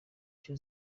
icyo